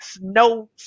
no